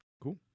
Cool